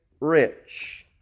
rich